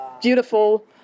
beautiful